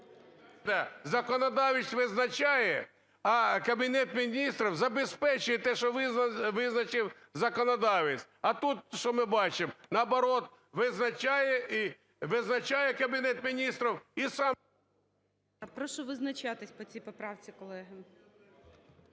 Прошу визначатись по цій поправці, колеги.